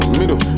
middle